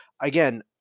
again